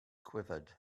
quivered